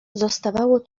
zostawało